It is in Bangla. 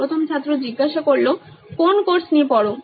প্রথম ছাত্র কোন্ কোর্স নিয়ে পড়ো